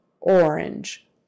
orange